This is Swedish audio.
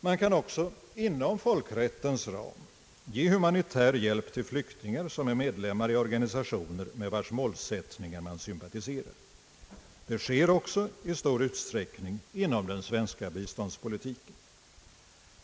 Man kan också inom folkrättens ram ge humanitär hjälp till flyktingar som är medlemmar i organisationer med vilkas målsättningar man sympatiserar. Det sker också i stor utsträckning inom den svenska biståndspolitiken.